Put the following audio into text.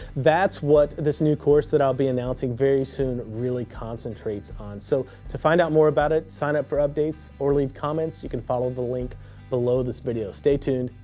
that's what this new course that i'll be announcing very soon really concentrates on, so to find out more about it, sign up for updates, or leave comments. you can follow the link below this video. stay tuned,